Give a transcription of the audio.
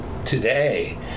Today